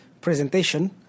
presentation